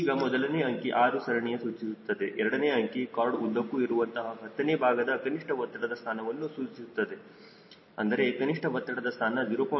ಈಗ ಮೊದಲನೇ ಅಂಕಿ 6 ಸರಣಿಯನ್ನುಸೂಚಿಸುತ್ತದೆ ಎರಡನೇ ಅಂಕಿಯು ಕಾರ್ಡ್ ಉದ್ದಕ್ಕೂ ಇರುವಂತಹ ಹತ್ತನೇ ಭಾಗದ ಕನಿಷ್ಠ ಒತ್ತಡದ ಸ್ಥಾನವನ್ನು ಸೂಚಿಸುತ್ತದೆ ಅಂದರೆ ಕನಿಷ್ಠ ಒತ್ತಡದ ಸ್ಥಾನ 0